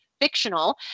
fictional